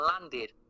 landed